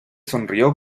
sonrió